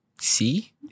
see